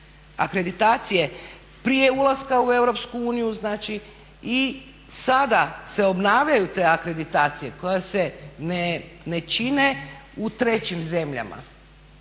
akreditacije prije ulaska u EU znači i sada se obnavljaju te akreditacije koje se ne čine u trećim zemljama.